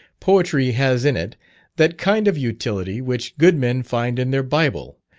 poetry has in it that kind of utility which good men find in their bible,